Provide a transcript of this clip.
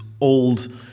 old